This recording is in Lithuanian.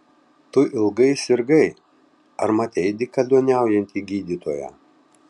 tu ilgai sirgai ar matei dykaduoniaujantį gydytoją